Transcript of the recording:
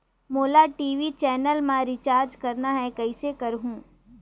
मोला TV channel मा recharge करना हे, कइसे करहुँ?